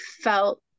felt